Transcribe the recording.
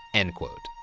end quote.